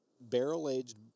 barrel-aged